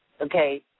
okay